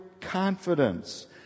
confidence